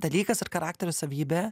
dalykas ar charakterio savybė